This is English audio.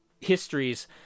histories